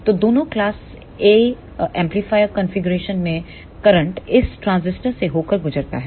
तो दोनों class A amplifier configuration मेंकरंट इस ट्रांजिस्टर से होकर गुजरता है